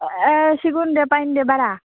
सिगुनदो फाइनदो बारा